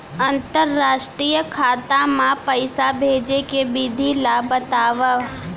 अंतरराष्ट्रीय खाता मा पइसा भेजे के विधि ला बतावव?